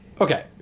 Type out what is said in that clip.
Okay